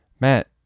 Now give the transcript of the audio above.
Matt